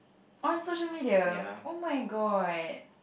on social media oh-my-god